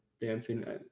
dancing